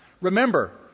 remember